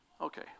Okay